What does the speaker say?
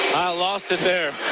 i lost it there.